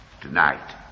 tonight